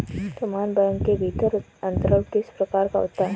समान बैंक के भीतर अंतरण किस प्रकार का होता है?